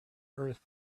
earth